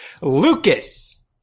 Lucas